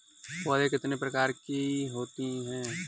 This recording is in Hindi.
पौध कितने प्रकार की होती हैं?